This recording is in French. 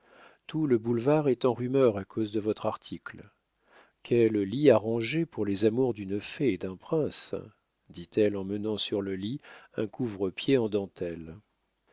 tout le boulevard est en rumeur à cause de votre article quel lit arrangé pour les amours d'une fée et d'un prince dit-elle en mettant sur le lit un couvre-pied en dentelle